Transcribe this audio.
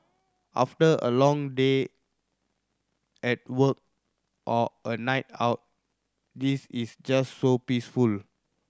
after a long day at work or a night out this is just so peaceful